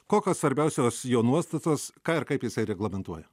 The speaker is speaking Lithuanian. kokios svarbiausios jo nuostatos ką ir kaip jisai reglamentuoja